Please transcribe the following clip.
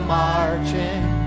marching